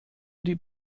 die